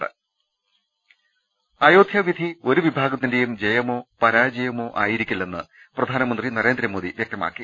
രുട്ടിട്ട്ട്ട്ട്ട്ട്ട അയോധ്യ വിധി ഒരുവിഭാഗത്തിന്റെയും ജയമോ പരാജയമോ ആയിരി ക്കില്ലെന്ന് പ്രധാനമന്ത്രി നരേന്ദ്രമോദി വൃക്തമാക്കി